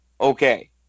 Okay